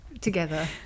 together